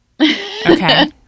Okay